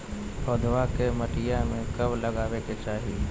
पौधवा के मटिया में कब लगाबे के चाही?